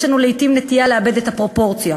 יש לנו לעתים נטייה לאבד את הפרופורציה,